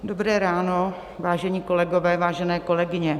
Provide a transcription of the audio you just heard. Dobré ráno, vážení kolegové, vážené kolegyně.